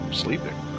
sleeping